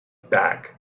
back